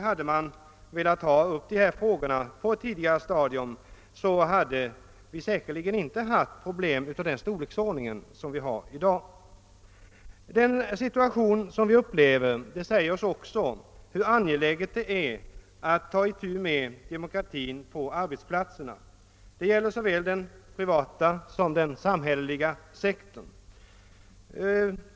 Hade man velat ta upp dessa frågor på ett tidigare stadium skulle vi säkerligen inte ha haft problem av den storleksordning vi har i dag. Den situation vi upplever säger oss också hur angeläget det är att ta itu med demokratin på arbetsplatserna. Det gäller såväl den privata som den samhälleliga sektorn.